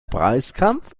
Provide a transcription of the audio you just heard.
preiskampf